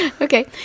Okay